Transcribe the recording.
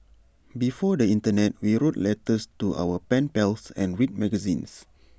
before the Internet we wrote letters to our pen pals and read magazines